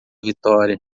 vitória